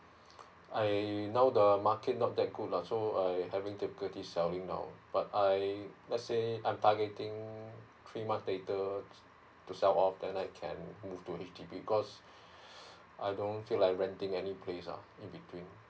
I now the market not that good lah so I'm having difficulty selling now ah but I let's say I'm targeting three months later to sell off then I can move to H_D_B because I don't feel like renting any place lah in between